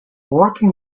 working